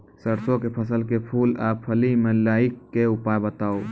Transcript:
सरसों के फसल के फूल आ फली मे लाहीक के उपाय बताऊ?